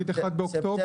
נגיד 1 באוקטובר.